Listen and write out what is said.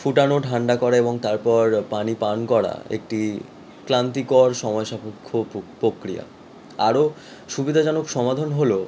ফুটোনো ঠান্ডা করে এবং তারপর জল পান করা একটি ক্লান্তিকর সময় সাপেক্ষ প্রক্রিয়া আরও সুবিধাজনক সমাধান হলো